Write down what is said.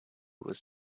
was